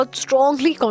strongly